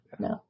No